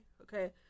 okay